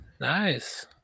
Nice